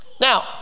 Now